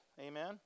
amen